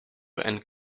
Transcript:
and